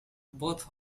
both